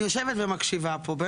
אני יושבת ומקשיבה פה,